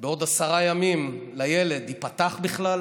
לילד בעוד עשרה ימים ייפתח בכלל,